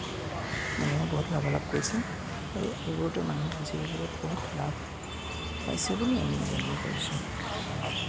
মানুহে বহুত লাভালাভ কৰিছে আৰু এইবোৰতো মানুহে নিজেই বহুত বহুত লাভ পাইছে বুলি আমি